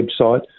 website